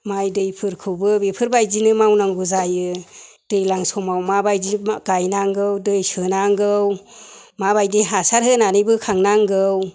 माइ दैफोरखौबो बेफोरबायदिनो मावनांगौ जायो दैज्लां समाव माबायदि गायनांगौ दै सोनांगौ माबायदि हासार होनानै बोखांनांगौ